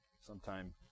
Sometime